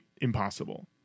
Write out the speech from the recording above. impossible